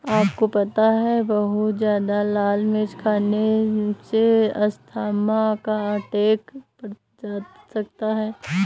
आपको पता है बहुत ज्यादा लाल मिर्च खाने से अस्थमा का अटैक पड़ सकता है?